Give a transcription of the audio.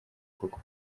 koko